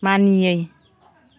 मानियै